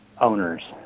owners